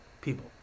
people